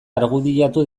argudiatu